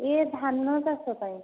ଏ ଧାନ ଚାଷ ପାଇଁ